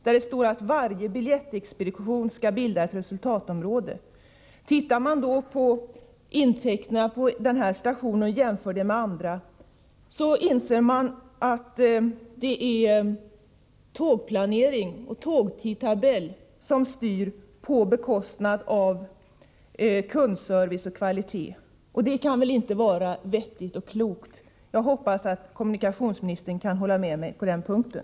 Där står: ”Varje biljettexpedition skall bilda ett resultatområde.” Tittar man på intäkterna för denna station och jämför dem med andra stationers intäkter inser man att det är tågplanering och tågtidtabell som styr, på bekostnad av kundservice och kvalitet. Det kan väl inte vara vettigt och klokt? Jag hoppas att kommunikationsministern kan hålla med mig på den punkten.